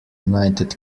united